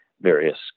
various